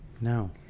no